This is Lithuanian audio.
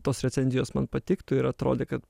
tos recenzijos man patiktų ir atrodė kad